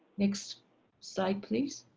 next slide please.